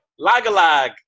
Lagalag